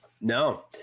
no